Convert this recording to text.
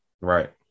Right